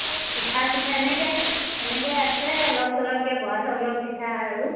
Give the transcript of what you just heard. পিঠা চিঠা এনেকে এনেকৈ আছে অলপ চলপকৈ বৰা চাউলৰ পিঠা আৰু